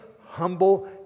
humble